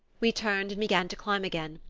we turned and began to climb again,